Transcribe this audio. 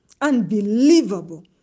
unbelievable